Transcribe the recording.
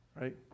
Right